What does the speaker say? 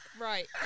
Right